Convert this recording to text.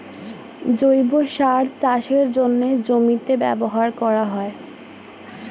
জৈব সার চাষের জন্যে জমিতে ব্যবহার করা হয়